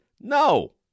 No